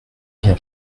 bien